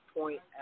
point